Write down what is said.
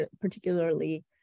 particularly